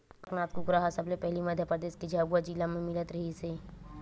कड़कनाथ कुकरा ह सबले पहिली मध्य परदेस के झाबुआ जिला म मिलत रिहिस हे